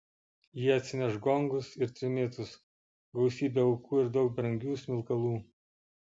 jie atsineš gongus ir trimitus gausybę aukų ir daug brangių smilkalų